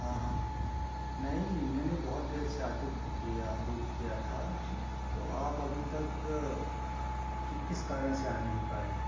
हाँ हाँ नहीं मैंने बहुत देर से आटो बुक किया बुक किया था तो आप अभी तक किस कारण से आ नहीं पाए